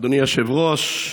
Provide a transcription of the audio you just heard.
אדוני היושב-ראש,